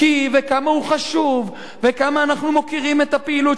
כמה הוא חשוב וכמה אנחנו מוקירים את הפעילות שלו,